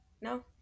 No